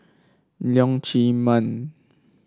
Leong Chee Mun